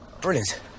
Brilliant